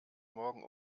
morgen